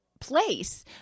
place